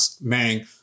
marrying